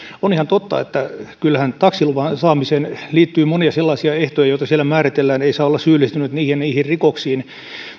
on ihan totta että kyllähän taksiluvan saamiseen liittyy monia sellaisia ehtoja joita siellä määritellään ei saa olla syyllistynyt niihin ja niihin rikoksiin